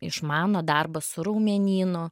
išmano darbas su raumenynu